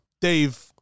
Dave